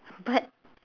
but